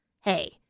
hey